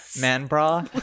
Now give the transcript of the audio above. Man-Bra